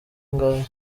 ngaya